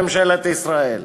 ממשלת ישראל.